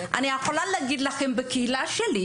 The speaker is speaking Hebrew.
אני יכולה להגיד לכם כמה מהקהילה שלי,